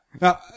Now